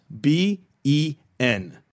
B-E-N